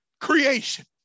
creation